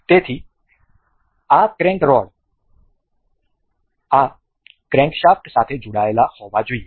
તેથી આ crank rod આ ક્રેંકશાફ્ટ સાથે જોડાયેલ હોવા જોઈએ